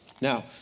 Now